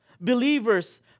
believers